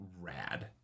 rad